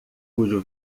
cujo